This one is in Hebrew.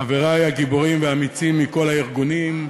חברי הגיבורים והאמיצים מכל הארגונים,